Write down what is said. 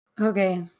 Okay